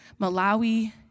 Malawi